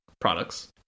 products